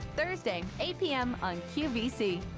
thursday eight pm on qvc.